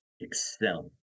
excel